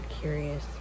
curious